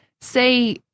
Say